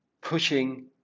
pushing